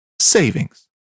savings